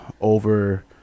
over